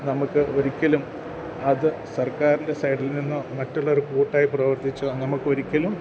നമുക്ക് ഒരിക്കലും അത് സർക്കാരിൻ്റെ സൈഡിൽനിന്നോ മറ്റുള്ളവർ കൂട്ടായി പ്രവർത്തിച്ചോ നമുക്കൊരിക്കലും